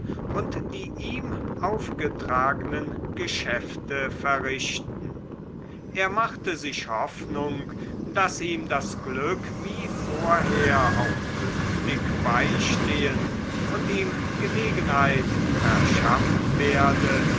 und die ihm aufgetragnen geschäfte verrichten er machte sich hoffnung daß ihm das glück wie vorher auch künftig beistehen und ihm gelegenheit verschaffen werde